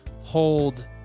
hold